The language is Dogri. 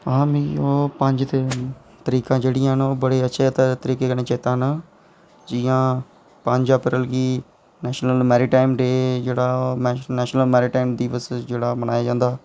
आं मिं ओह् पंज तरीकां जेह्ड़ियां न ओह् बड़े अच्छे तरीके कन्नै चेता न जि'यां पंज अप्रैल गी नैशनल मैरिटाइम डे जेह्ड़ा नैशनल दिवस जेह्ड़ा मनाया जंदा